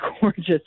gorgeous